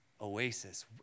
Oasis